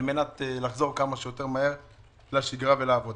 על מנת לחזור כמה שיותר מהר לשגרה ולעבודה.